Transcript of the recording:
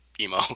emo